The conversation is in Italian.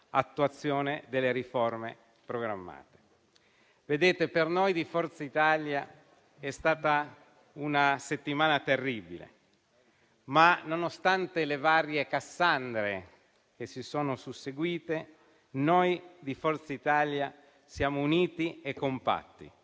attuazione delle riforme programmate. Per noi di Forza Italia è stata una settimana terribile, ma, nonostante le varie Cassandre che si sono susseguite, noi siamo uniti e compatti.